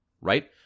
right